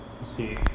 see